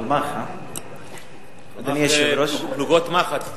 פלמ"ח, פלוגות מחץ.